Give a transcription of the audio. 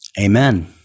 Amen